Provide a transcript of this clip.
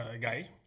guy